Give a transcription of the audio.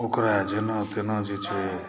ओकरा जेना तेना जे छै